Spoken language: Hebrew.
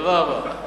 תודה רבה.